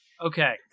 Okay